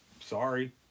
sorry